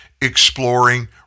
exploring